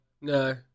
No